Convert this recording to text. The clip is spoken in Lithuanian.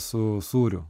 su sūriu